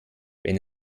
wenn